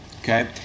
Okay